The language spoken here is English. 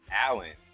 Allen